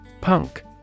Punk